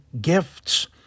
gifts